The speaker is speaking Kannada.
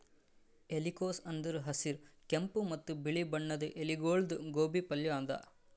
ಎಲಿಕೋಸ್ ಅಂದುರ್ ಹಸಿರ್, ಕೆಂಪ ಮತ್ತ ಬಿಳಿ ಬಣ್ಣದ ಎಲಿಗೊಳ್ದು ಗೋಬಿ ಪಲ್ಯ ಅದಾ